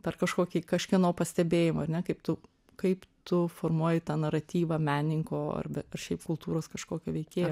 per kažkokį kažkieno pastebėjimą ar ne kaip tu kaip tu formuoji tą naratyvą menininko arba ar šiaip kultūros kažkokio veikėjo